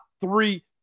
three